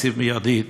להקציב מייד.